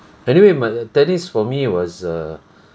anyway my tennis for me was err